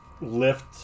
lift